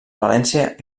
valència